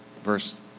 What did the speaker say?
verse